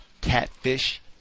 catfish